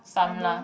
I don't know